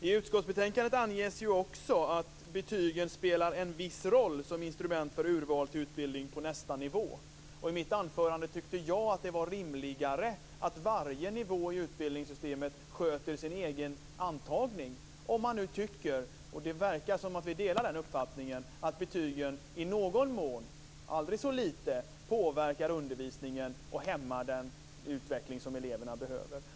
I utskottsbetänkandet anges ju också att betygen spelar en viss roll som instrument för urval till utbildning på nästa nivå. I mitt anförande tyckte jag att det var rimligare att varje nivå i utbildningssystemet sköter sin egen antagning. Det verkar som att vi delar uppfattningen att betygen i någon mån, om än aldrig så liten, påverkar undervisningen och hämmar den utveckling som eleverna behöver.